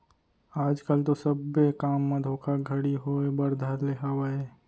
आज कल तो सब्बे काम म धोखाघड़ी होय बर धर ले हावय